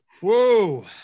whoa